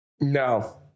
no